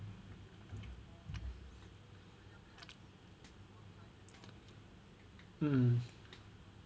mm